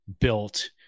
built